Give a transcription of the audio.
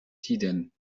tiden